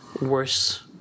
worse